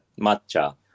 matcha